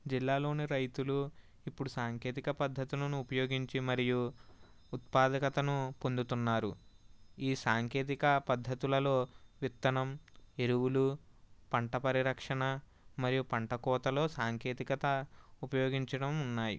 జిల్లాలోని రైతులు ఇప్పుడు సాంకేతిక పద్ధతులను ఉపయోగించి మరియు ఉత్పాదకతను పొందుతున్నారు ఈ సాంకేతిక పద్ధతులలో విత్తనం ఎరువులు పంట పరిరక్షణ మరియు పంట కోతలో సాంకేతికత ఉపయోగించడం ఉన్నాయి